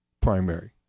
primary